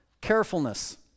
carefulness